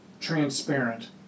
transparent